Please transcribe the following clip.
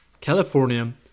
California